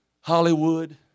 Hollywood